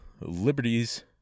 liberties